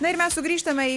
na ir mes sugrįžtame į